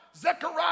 Zechariah